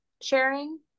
sharing